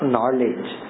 Knowledge